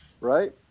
Right